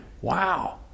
wow